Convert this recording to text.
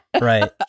Right